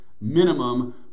minimum